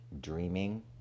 dreaming